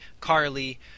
Carly